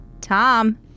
Tom